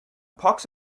pox